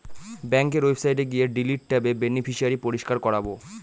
ব্যাঙ্কের ওয়েবসাইটে গিয়ে ডিলিট ট্যাবে বেনিফিশিয়ারি পরিষ্কার করাবো